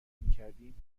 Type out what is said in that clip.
میکردیم